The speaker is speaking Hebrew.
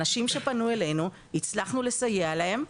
אנשים שפנו אלינו, הצלחנו לסייע להם,